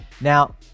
Now